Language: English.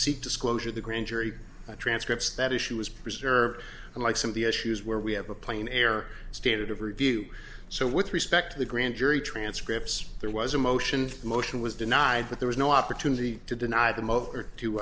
seek disclosure of the grand jury transcripts that issue was preserved unlike some of the issues where we have a plane air standard of review so with respect to the grand jury transcripts there was a motion motion was denied but there was no opportunity to deny them o